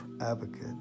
advocate